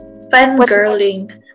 fangirling